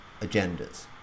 agendas